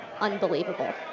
unbelievable